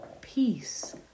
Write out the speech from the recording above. peace